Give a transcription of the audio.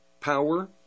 power